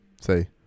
say